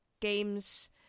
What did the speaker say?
games